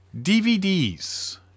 DVDs